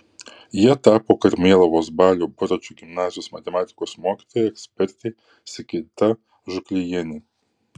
ja tapo karmėlavos balio buračo gimnazijos matematikos mokytoja ekspertė sigita žuklijienė